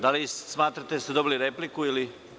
Da li smatrate da ste dobili repliku ili